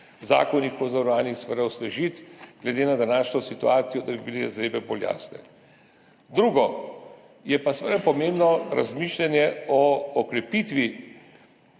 zakonih o zavarovanjih, seveda osvežiti glede na današnjo situacijo, da bi bile zadeve bolj jasne. Drugo je pa seveda pomembno razmišljanje o okrepitvi